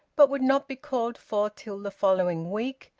but would not be called for till the following week,